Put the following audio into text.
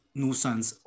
nuisance